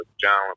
John